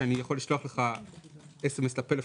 שאני יכול לשלוח לך סמס לפלאפון.